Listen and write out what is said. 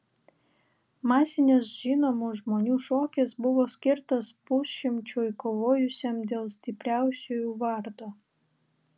masinis žinomų žmonių šokis buvo skirtas pusšimčiui kovojusiam dėl stipriausiųjų vardo